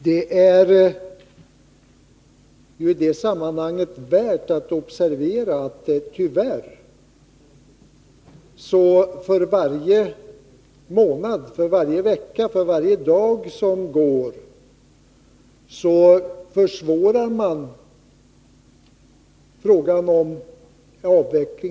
Det är i detta sammanhang värt att observera att avvecklingen av kärnkraften tyvärr försvåras för varje månad, vecka och dag som går.